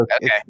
Okay